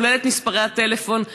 כולל את מספרי הטלפון,